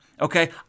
Okay